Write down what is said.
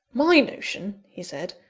my notion, he said,